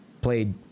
played